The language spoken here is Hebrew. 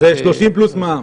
(צופים בסרטון)